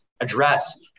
address